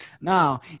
Now